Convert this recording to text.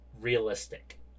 realistic